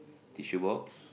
tissue box